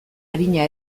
arina